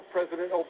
President